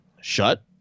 shut